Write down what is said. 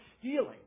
stealing